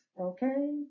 Okay